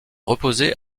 reposer